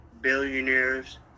Billionaires